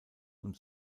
und